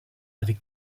avec